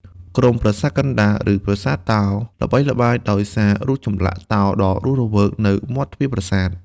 ក្រុមប្រាសាទកណ្ដាល ឬប្រាសាទតោ ល្បីល្បាញដោយសាររូបចម្លាក់តោដ៏រស់រវើកនៅមាត់ទ្វារប្រាសាទ។